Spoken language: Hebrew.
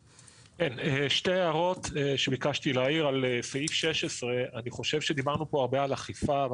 שתי הערות שביקשתי להעיר על סעיף 16. דיברנו פה הרבה על אכיפה,